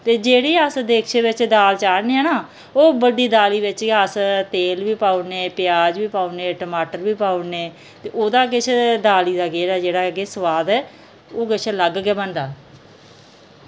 ते जेह्ड़ी अस देचके बिच दाल चाढ़ने ना ओह् उब्बलदी दाली बिच गै अस तेल बी पाई ओड़ने प्याज बी पाई ओड़ने टमाटर बी पाई ओड़ने ते उ'दा किश दाली दा जेह्ड़ा के सुआद ओह् किश अलग गै बनदा